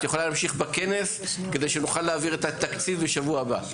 את יכולה להמשיך בכנס כדי שנוכל להעביר את התקציב בשבוע הבא.